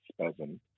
spasm